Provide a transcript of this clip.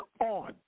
on